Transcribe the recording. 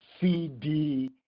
CD